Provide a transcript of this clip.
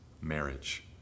marriage